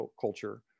culture